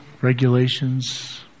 regulations